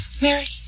Mary